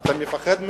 אתה מפחד מהם?